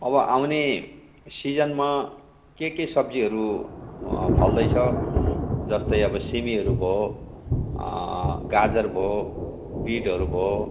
अब आउने सिजनमा के के सब्जीहरू फल्दैछ जस्तै अब सिमीहरू भयो गाजर भयो बिटहरू भयो